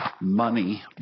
money